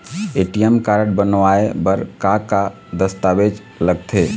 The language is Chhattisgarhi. ए.टी.एम कारड बनवाए बर का का दस्तावेज लगथे?